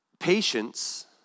Patience